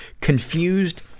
confused